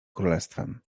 królestwem